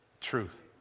truth